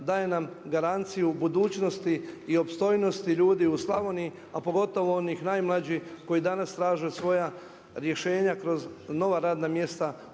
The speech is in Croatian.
daje nam garanciju budućnosti i opstojnosti ljudi u Slavoniji, a pogotovo onih najmlađi koji danas traže svoja rješenja kroz nova radna mjesta u EU.